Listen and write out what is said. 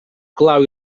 clau